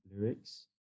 lyrics